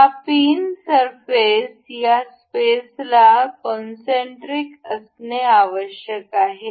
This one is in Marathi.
आणि हा पिन सरफेस या स्पेसला कोनसेंटरिक असणे आवश्यक आहे